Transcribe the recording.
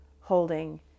holding